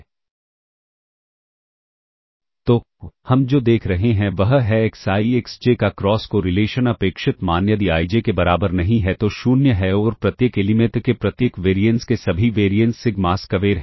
तो हम जो देख रहे हैं वह है एक्स i एक्स j का क्रॉस कोरिलेशन अपेक्षित मान यदि i j के बराबर नहीं है तो 0 है और प्रत्येक एलिमेंट के प्रत्येक वेरिएंस के सभी वेरिएंस सिग्मा स्क्वेर हैं